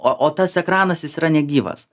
o o tas ekranas jis yra negyvas